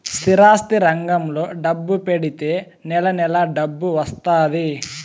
స్థిరాస్తి రంగంలో డబ్బు పెడితే నెల నెలా డబ్బు వత్తాది